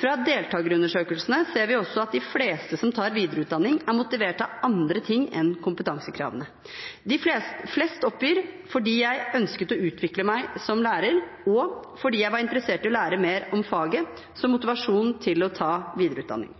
Fra deltakerundersøkelsene ser vi også at de fleste som tar videreutdanning, er motivert av andre ting enn kompetansekravene. Flest oppgir som motivasjon for å ta videreutdanning: fordi jeg ønsket å utvikle meg som lærer, og fordi jeg var interessert i å lære mer om faget. Lærerne har også søkt og fått innvilget videreutdanning